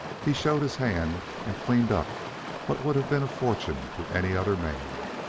he showed his hand and cleaned up what would have been a fortune to any other man.